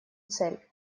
цель